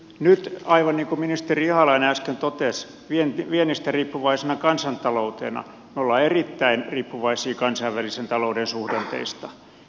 nyt aivan niin kuin ministeri ihalainen äsken totesi viennistä riippuvaisena kansantaloutena me olemme erittäin riippuvaisia kansainvälisen talouden suhdanteista